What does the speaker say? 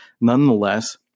Nonetheless